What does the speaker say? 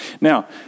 Now